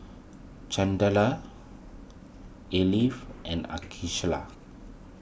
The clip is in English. Chandler and